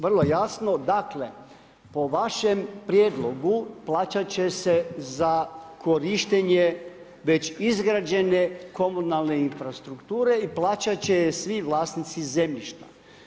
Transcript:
Vrlo jasno, dakle, po vašem prijedlogu plaćat će se za korištenje već izgrađene komunalne infrastrukture i plaćat će je svi vlasnici zemljišta.